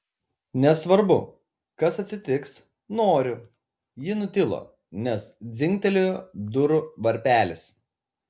nesvarbu kas atsitiks noriu ji nutilo nes dzingtelėjo durų varpelis